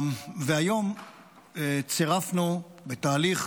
והיום צירפנו בתהליך